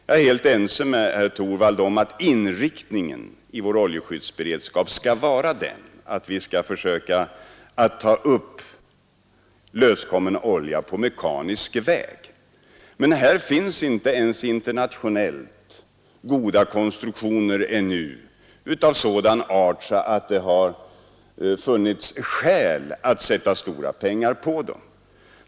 Jag är helt ense med herr Torwald om att inriktningen i vår oljeskyddsberedskap skall vara att vi skall försöka ta upp löskommen olja på mekanisk väg. Men här finns inte ens internationellt goda konstruktioner ännu av sådan art att det varit skäl att satsa stora pengar på dem.